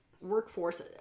workforce